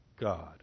God